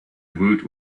woot